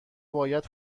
باید